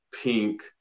pink